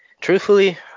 truthfully